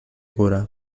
cura